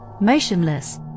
motionless